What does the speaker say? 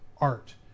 art